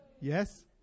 Yes